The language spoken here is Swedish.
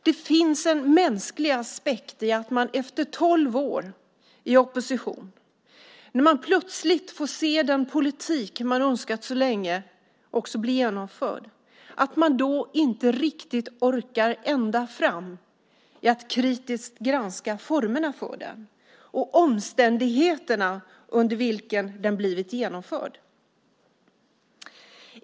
Det finns en mänsklig aspekt i att man efter tolv år i opposition, när man plötsligt får se den politik man önskat så länge också bli genomförd, inte riktigt orkar ända fram med att kritiskt granska formerna för den och omständigheterna under vilken den blivit genomförd.